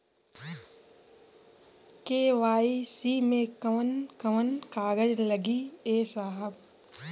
KYC मे कवन कवन कागज लगी ए साहब?